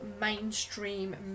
mainstream